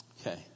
Okay